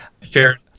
Fair